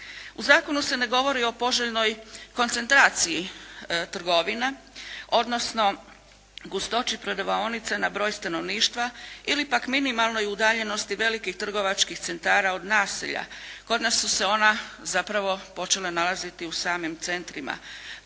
U zakonu se ne govori o poželjnoj koncentraciji trgovina, odnosno gustoći prodavaonica na broj stanovništva ili pak minimalnoj udaljenosti velikih trgovačkih centara od naselja. Kod nas su se ona zapravo počela nalaziti u samim centrima.